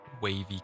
wavy